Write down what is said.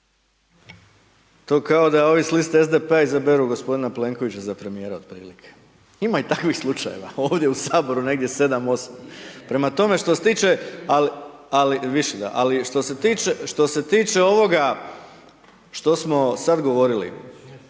To kao da ovi s liste SDP-a izaberu gospodina Plenkovića za premijera, otprilike. Ima i takvih slučajeva ovdje u Saboru, negdje sedam, osam. Prema tome, što se tiče, ali, ali,